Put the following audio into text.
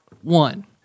one